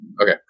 Okay